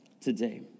today